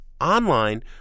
online